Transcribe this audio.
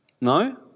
No